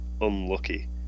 unlucky